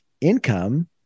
income